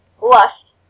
Lust